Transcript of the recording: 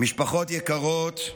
משפחות יקרות,